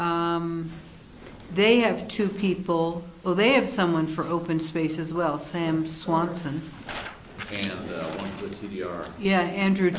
they have two people well they have someone for open space as well sam swanson of your yeah andrew